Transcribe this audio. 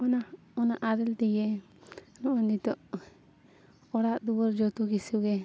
ᱚᱱᱟ ᱚᱱᱟ ᱟᱨᱮᱞ ᱛᱮᱜᱮ ᱱᱚᱜᱼᱚᱸᱭ ᱱᱤᱛᱳᱜ ᱚᱲᱟᱜ ᱫᱩᱣᱟᱹᱨ ᱡᱚᱛᱚ ᱠᱤᱪᱷᱩ ᱜᱮ